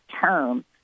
term